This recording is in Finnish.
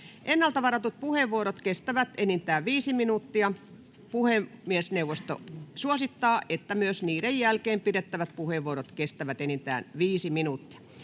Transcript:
Ennalta varatut puheenvuorot kestävät enintään viisi minuuttia. Puhemiesneuvosto suosittaa, että myös niiden jälkeen pidettävät puheenvuorot kestävät enintään viisi minuuttia.